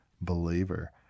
believer